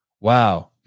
Wow